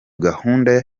gahunda